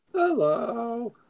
Hello